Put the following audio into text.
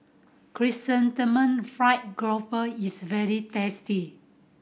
Chrysanthemum Fried Grouper is very tasty